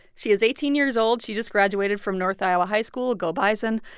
she is eighteen years old. she just graduated from north iowa high school go bison.